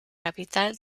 capital